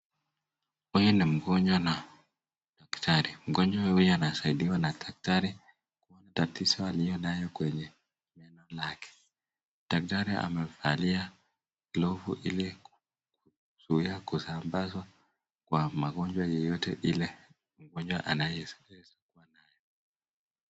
Huyu ni mgonjwa na daktari. Mgonjwa huyu anasaidiwa na daktari kuona tatizo aliyonayo kwenye meno lake. Daktari amevalia glovu ili kuzuia kusambazwa kwa magonjwa yoyote ile mgonjwa anaweza hisa kuwa nayo.